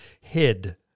hid